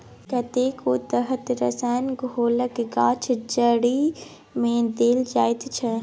कतेको तरहक रसायनक घोलकेँ गाछक जड़िमे देल जाइत छै